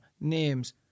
Names